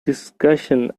discussion